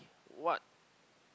what